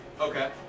Okay